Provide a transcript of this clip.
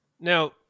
Now